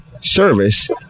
service